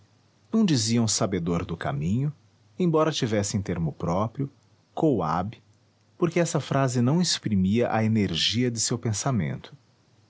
não diziam sabedor do caminho embora tivessem termo próprio coaub porque essa frase não exprimia a energia de seu pensamento